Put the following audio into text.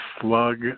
slug